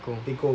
tekong